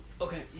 Okay